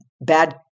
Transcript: bad